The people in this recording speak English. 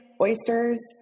oysters